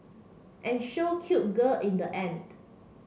and show cute girl in the end